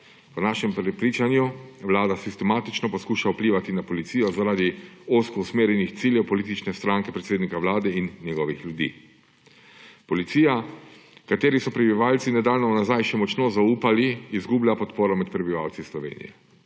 Po našem prepričanju vlada sistematično poskuša vplivati na policijo zaradi ozko usmerjenih ciljev politične stranke predsednika Vlade in njegovih ljudi. Policija, ki so ji prebivalci nedavno nazaj še močno zaupali, izgublja podporo med prebivalci Slovenije.